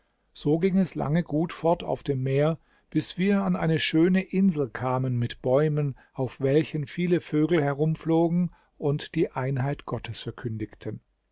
so ging es lange gut fort auf dem meer bis wir an eine schöne insel kamen mit bäumen auf welchen viele vögel herumflogen und die einheit gottes verkündigten